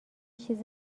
چیز